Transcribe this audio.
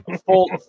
full